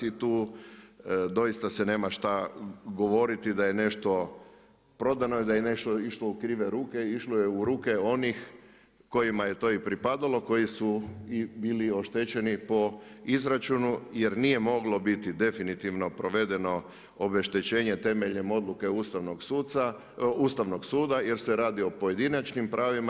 I tu doista se nema šta govoriti da je nešto prodano ili da je nešto išlo u krive ruke, išlo je u ruke onih kojima je to i pripadalo, koji su i bili oštećeni po izračunu jer nije moglo biti definitivno provedeno obeštećenje temeljem odluke Ustavnog suda jer se radi o pojedinačnim pravima.